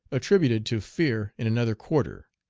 attributed to fear in another quarter,